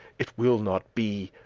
it will not be,